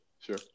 sure